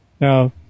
Now